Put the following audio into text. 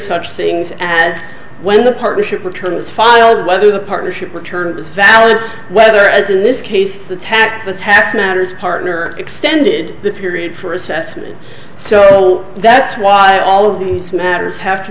such things as when the partnership returns filed whether the partnership return is valid whether as in this case the tax the tax matters partner or extended period for assessment so that's why all of these